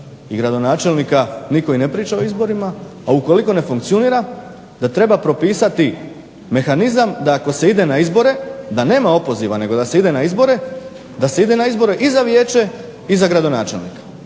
i gradonačelnika nitko i ne priča o izborima, a ukoliko ne funkcionira da treba propisati mehanizam da ako se ide na izbore da nema opoziva nego da se ide na izbore i za vijeće i za gradonačelnika